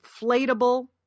inflatable